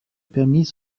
permis